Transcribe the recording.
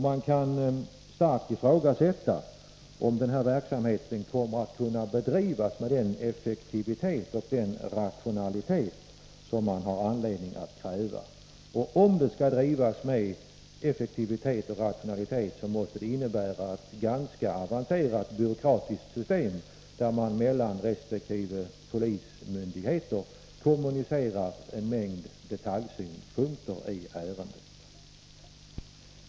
Man kan starkt ifrågasätta om denna verksamhet kommer att kunna bedrivas med den effektivitet och rationalitet som det finns anledning att kräva. Om den skall drivas med effektivitet och rationalitet måste det innebära ett ganska avancerat byråkratiskt system, där resp. polismyndigheter måste kommunicera om en mängd detaljsynpunkter i ärendena.